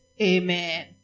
amen